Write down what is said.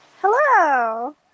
Hello